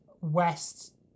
west